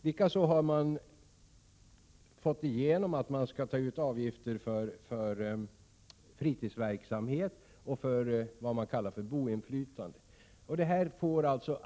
Likaså har organisationen fått igenom att den skall få ta ut avgift för fritidsverksamhet och vad man kallar boinflytande.